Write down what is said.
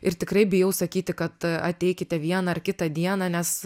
ir tikrai bijau sakyti kad ateikite vieną ar kitą dieną nes